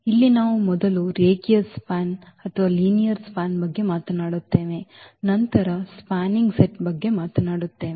ಮತ್ತು ಇಲ್ಲಿ ನಾವು ಮೊದಲು ರೇಖೀಯ ಸ್ಪ್ಯಾನ್ ಬಗ್ಗೆ ಮಾತನಾಡುತ್ತೇವೆ ಮತ್ತು ನಂತರ ಸ್ಪ್ಯಾನಿಂಗ್ ಸೆಟ್ ಬಗ್ಗೆ ಮಾತನಾಡುತ್ತೇವೆ